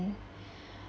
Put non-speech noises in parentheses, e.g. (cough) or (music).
(breath)